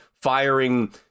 firing